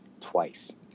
twice